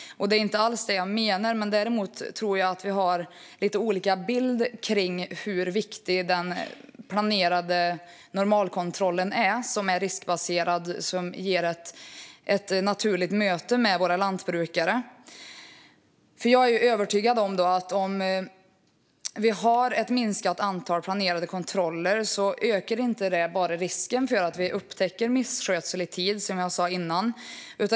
Det är inte alls det som jag menar. Däremot tror jag att vi har lite olika bilder av hur viktig den planerade normalkontrollen är, som är riskbaserad och ger ett naturligt möte med våra lantbrukare. Jag är övertygad om att om det sker ett minskat antal planerade kontroller ökar det inte bara risken för att man inte upptäcker misskötsel i tid, som jag sa.